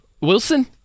wilson